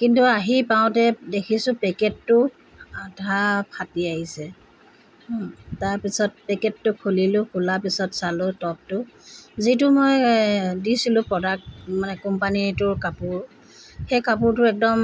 কিন্তু আহি পাওঁতে দেখিছোঁ পেকেটটো আধা ফাটি আহিছে তাৰপিছত পেকেটটো খুলিলোঁ খোলা পিছত চালোঁ টপটো যিটো মই দিছিলোঁ প্ৰডাক্ট মানে কোম্পানীটোৰ কাপোৰ সেই কাপোৰটো একদম